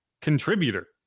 contributor